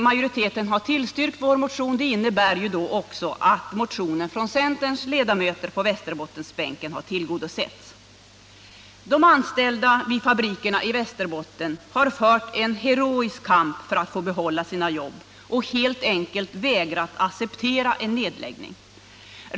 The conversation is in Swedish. Hade den här positiva inställningen kunnat redovisas i ett långt tidigare skede, så hade vi kanske nu haft en samlad plan att diskutera. De anställda vid fabrikerna i Västerbotten har fört en heroisk kamp för att få behålla sina jobb och helt enkelt vägrat acceptera en nedläggning.